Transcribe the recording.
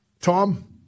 Tom